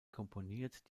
komponiert